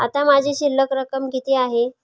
आता माझी शिल्लक रक्कम किती आहे?